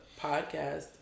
podcast